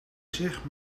zich